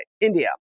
India